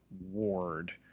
Ward